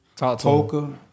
Poker